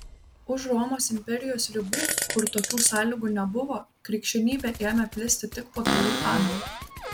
už romos imperijos ribų kur tokių sąlygų nebuvo krikščionybė ėmė plisti tik po kelių amžių